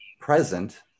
present